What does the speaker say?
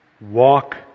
Walk